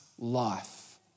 Life